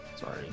Sorry